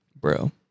bro